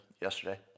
yesterday